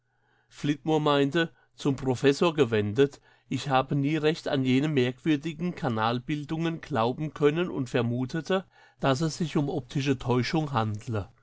flitmore meinte zum professor gewendet ich habe nie recht an jene merkwürdigen kanalbildungen glauben können und vermutete daß es sich um optische täuschung handle